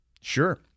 Sure